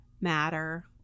matter